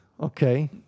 Okay